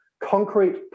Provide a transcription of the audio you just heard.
concrete